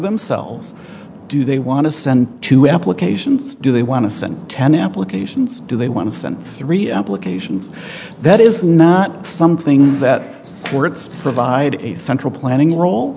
themselves do they want to send to applications do they want to send ten applications do they want to send three applications that is not something that courts provide a central planning role